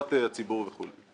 לטובת הציבור וכולי.